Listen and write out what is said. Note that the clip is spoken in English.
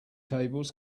tables